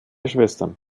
schwestern